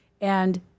And-